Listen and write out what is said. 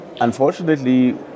Unfortunately